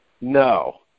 no